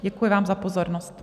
Děkuji vám za pozornost.